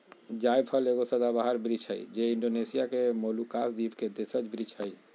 जायफल एगो सदाबहार वृक्ष हइ जे इण्डोनेशिया के मोलुकास द्वीप के देशज वृक्ष हइ